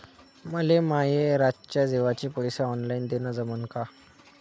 मले माये रातच्या जेवाचे पैसे ऑनलाईन देणं जमन का?